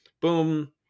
boom